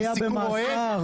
סיקור אוהד?